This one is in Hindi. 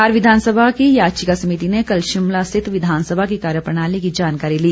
बिहार विधानसभा की याचिका समिति ने कल शिमला स्थित विधानसभा की कार्यप्रणाली की जानकारी ली